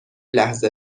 لحظه